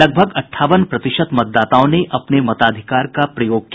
लगभग अंठावन प्रतिशत मतदाताओं ने अपने मताधिकार का प्रयोग किया